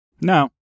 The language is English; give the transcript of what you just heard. no